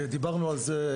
דיברנו על זה,